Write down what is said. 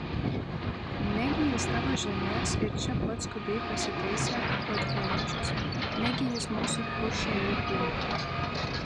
negi jis tavo žemes ir čia pat skubiai pasitaisė chodkevičius negi jis mūsų kuršą jau puola